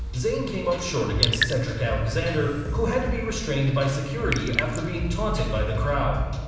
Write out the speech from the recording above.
zayn came up short against cedric alexander, who had to be restrained by security after being taunted by the crowd.